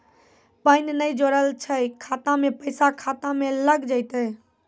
Pan ने जोड़लऽ छै खाता मे पैसा खाता मे लग जयतै?